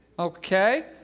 Okay